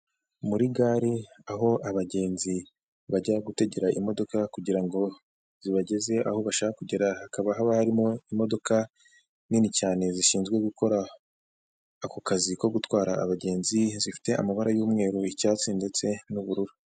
Muri gare aho abagenzi bajya gutegera imodoka kugira ngo zibageze aho bashaka kugera, hakaba haba harimo imodoka nini cyane zishinzwe gukora ako kazi ko gutwara abagenzi, zifite amabara y'umweru, icyatsi ndetse n'ubururu.